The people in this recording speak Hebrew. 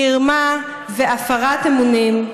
מרמה והפרת אמונים.